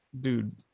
Dude